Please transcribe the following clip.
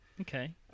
Okay